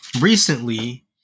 recently